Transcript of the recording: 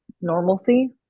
normalcy